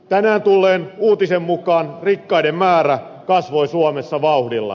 tänään tulleen uutisen mukaan rikkaiden määrä kasvoi suomessa vauhdilla